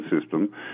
system